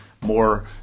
more